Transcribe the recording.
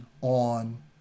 on